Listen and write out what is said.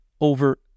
over